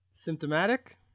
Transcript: Symptomatic